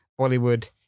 Bollywood